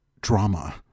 drama